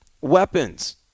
weapons